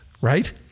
right